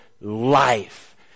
life